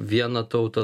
vieną tautą